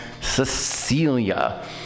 Cecilia